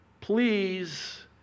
please